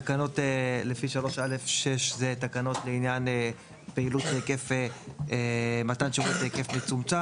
תקנות לפי 3(א)(6) אלה תקנות לעניין מתן שירות בהיקף מצומצם.